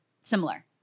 similar